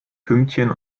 pünktchen